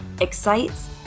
excites